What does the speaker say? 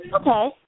Okay